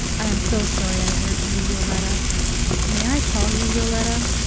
i am so sorry i hurt you, yoletta may i call you yoletta?